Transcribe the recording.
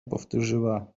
powtórzyła